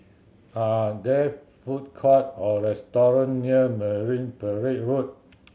are there food courts or restaurant near Marine Parade Road